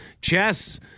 chess